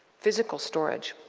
physical storage.